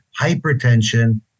hypertension